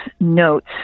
Notes